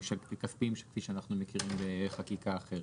כספיים כפי שאנחנו מכירים בחקיקה אחרת.